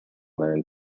learned